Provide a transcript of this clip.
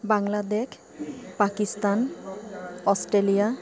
Bangladesh Pakistan Australia